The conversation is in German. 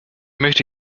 möchte